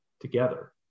together